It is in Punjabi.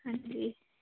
ਹਾਂਜੀ